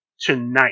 tonight